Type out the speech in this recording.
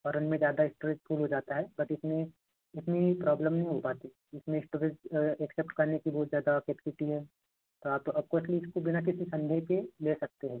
और उनमें ज़्यादा स्टोरेज फुल हो जाता है बट इसमें इतनी प्रॉब्लम नहीं हो पाती इसमें स्टोरेज ऐक्सेप्ट करने की बहुत ज़्यादा केपेसिटी है हाँ तो अफ्कोसली इसको बिना किसी संदेह के ले सकते हैं